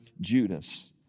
Judas